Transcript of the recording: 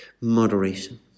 moderation